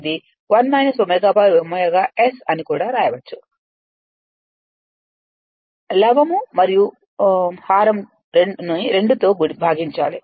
ఇది 1 ω ωS అని కూడా వ్రాయవచ్చు లవం మరియు హారం ని 2తో భాగించాలి